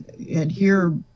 adhere